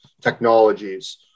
technologies